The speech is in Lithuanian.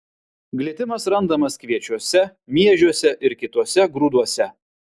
glitimas randamas kviečiuose miežiuose ir kituose grūduose